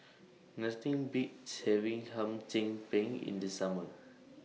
Nothing Beats having Hum Chim Peng in The Summer